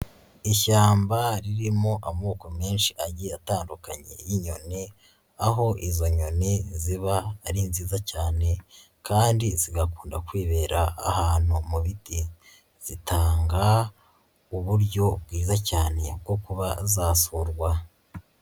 Ishyamba ririmo amoko menshi agiye atandukanye y'inyoni aho izo nyoni ziba ari nziza cyane kandi zigakunda kwibera ahantu mu biti, zitanga uburyo bwiza cyane bwo kuba za surwa.